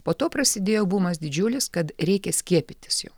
po to prasidėjo bumas didžiulis kad reikia skiepytis jau